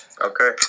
Okay